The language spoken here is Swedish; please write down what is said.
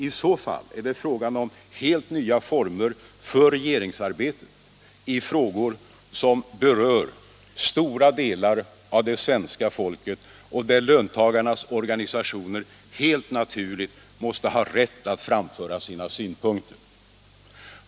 I så fall är det frågan om helt nya former för regeringsarbetet i frågor som berör stora delar av det svenska folket och där löntagarnas organisationer helt naturligt måste ha rätt att framföra sina synpunkter.